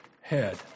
head